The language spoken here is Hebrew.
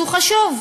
שהוא חשוב,